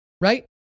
right